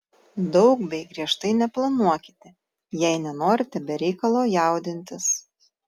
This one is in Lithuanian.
daug bei griežtai neplanuokite jei nenorite be reikalo jaudintis